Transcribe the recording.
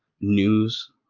news